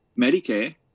Medicare